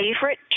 favorite